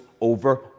over